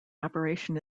operation